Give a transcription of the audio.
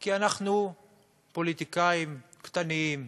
כי אנחנו פוליטיקאים קטנים,